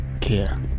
care